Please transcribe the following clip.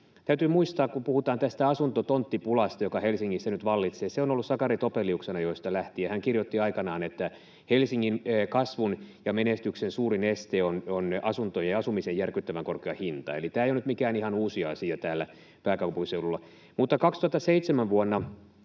Täytyy muistaa, kun puhutaan tästä asunto-, tonttipulasta, joka Helsingissä nyt vallitsee, että se on ollut Sakari Topeliuksen ajoista lähtien. Hän kirjoitti aikanaan, että Helsingin kasvun ja menestyksen suurin este on asuntojen ja asumisen järkyttävän korkea hinta, eli tämä ei ole nyt mikään ihan uusi asia täällä pääkaupunkiseudulla. Vuonna 2007 Sipoosta